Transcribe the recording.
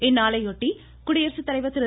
இந்நாளையொட்டி குடியரசுத்தலைவர் திரு